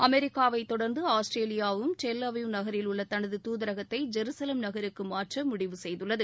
அமெரிக்காவைத் தொடர்ந்து ஆஸ்திரேலியாவும் டெல்அவிவ் நகரில் உள்ள தனது தூதரகத்தை ஜெருசலம் நகருக்கு மாற்ற முடிவு செய்துள்ளது